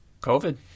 COVID